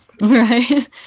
Right